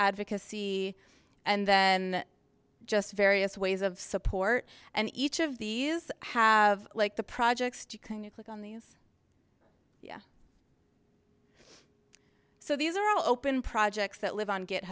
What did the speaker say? advocacy and then just various ways of support and each of these have like the projects to kind of click on these so these are all open projects that live on get